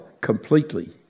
completely